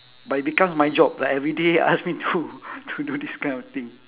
but it becomes my job like everyday ask me to to do this kind of thing